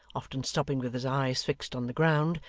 often stopping with his eyes fixed on the ground,